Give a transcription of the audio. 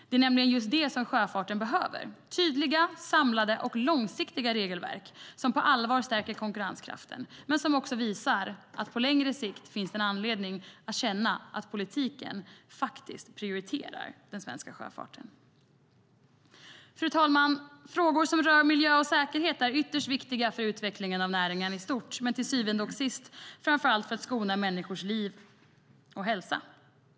Det är nämligen just det som sjöfarten behöver: tydliga, samlade och långsiktiga regelverk som på allvar stärker konkurrenskraften men som också visar att det på längre sikt finns anledning att känna att politiken faktiskt prioriterar den svenska sjöfarten. Fru talman! Frågor som rör miljö och säkerhet är ytterst viktiga för utvecklingen av näringen i stort men till syvende och sist framför allt för att skona människors liv och hälsa.